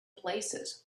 places